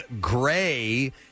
gray